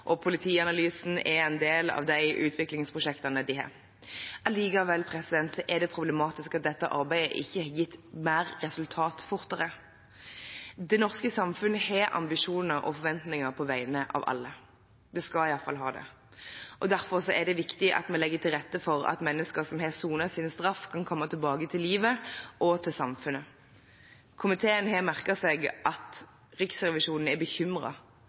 og politianalysen er en del av utviklingsprosjektene de har. Allikevel er det problematisk at dette arbeidet ikke har gitt mer resultater fortere. Det norske samfunnet har ambisjoner og forventninger på vegne av alle – det skal i alle fall ha det. Derfor er det viktig at vi legger til rette for at mennesker som har sonet sin straff, kan komme tilbake til livet og til samfunnet. Komiteen har merket seg at Riksrevisjonen er